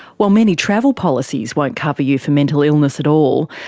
while many travel policies won't cover you for mental illness at all,